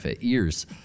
ears